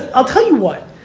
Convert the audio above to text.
i'll tell you what,